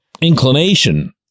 inclination